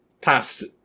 past